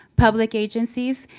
public agencies,